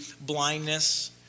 blindness